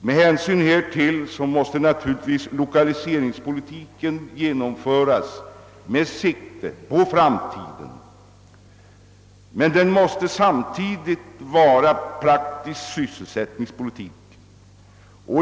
Med hänsyn härtill måste naturligtvis Ilokaliseringspolitiken genomföras med sikte på framtiden. Men den måste samtidigt vara en praktisk sysselsättningspolitik.